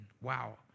Wow